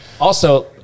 Also-